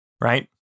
right